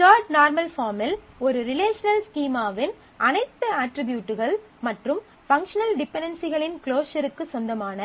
third normal பார்மில் ஒரு relational ஸ்கீமாவின் அனைத்து அட்ரிபியூட்கள் மற்றும் பங்க்ஷனல் டிபென்டென்சிகளின் க்ளோஸர்க்கு சொந்தமான